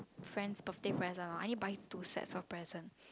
friends birthday present hor I need to buy two sets of present